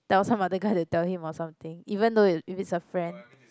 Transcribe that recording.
tell some other guy to tell him or something even though if it's a friend